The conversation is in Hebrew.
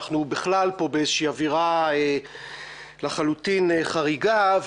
אנחנו בכלל פה באיזושהי אווירה לחלוטין חריגה.